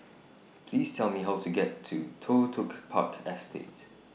Please Tell Me How to get to Toh Tuck Park Estate